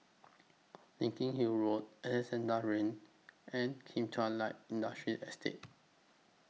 Larkhill Road Alexandra Lane and Kim Chuan Light Industrial Estate